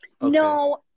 No